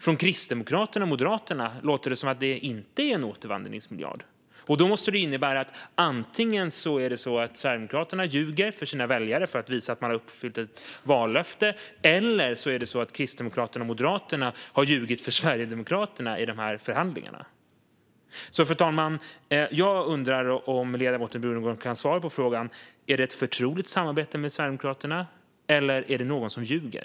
Från Kristdemokraterna och Moderaterna låter det som att det inte är en återvandringsmiljard. Det måste innebära antingen att Sverigedemokraterna ljuger för sina väljare för att visa att man har uppfyllt ett vallöfte eller att Kristdemokraterna och Moderaterna har ljugit för Sverigedemokraterna i förhandlingarna. Fru talman! Jag undrar om ledamoten Brunegård kan svara på frågan: Är det ett förtroligt samarbete med Sverigedemokraterna, eller är det någon som ljuger?